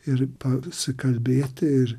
ir pasikalbėti ir